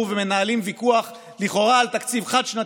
ומנהלים ויכוח לכאורה על תקציב חד-שנתי,